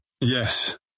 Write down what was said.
Yes